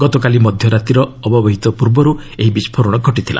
ଗତକାଲି ମଧ୍ୟରାତିର ଅବ୍ୟବହିତ ପୂର୍ବରୁ ଏହି ବିସ୍କୋରଣ ଘଟିଥିଲା